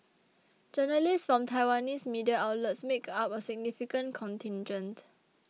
journalists from Taiwanese media outlets make up a significant contingent